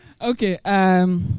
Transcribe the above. Okay